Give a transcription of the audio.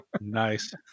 nice